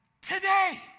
today